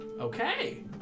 Okay